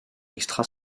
extra